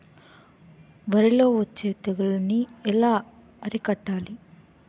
వరిలో వచ్చే తెగులని ఏలా అరికట్టాలి?